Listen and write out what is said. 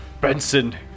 Benson